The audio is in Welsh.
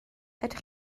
ydych